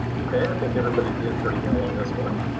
okay. i think everybody's doing pretty well on this one.